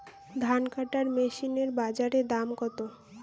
ধান কাটার মেশিন এর বাজারে দাম কতো?